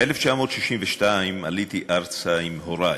ב-1962 עליתי ארצה עם הורי